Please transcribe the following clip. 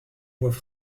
voient